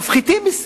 מפחיתים מסים.